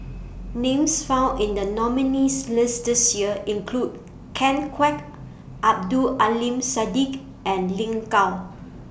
Names found in The nominees' list This Year include Ken Kwek Abdul Aleem Siddique and Lin Gao